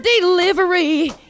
delivery